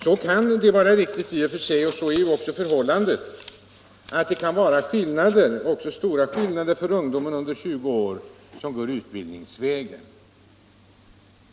Det kan i och för sig vara riktigt att det finns skillnader, även stora sådana, mellan ungdom över resp. under 20 år som går utbildningsvägen.